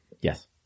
yes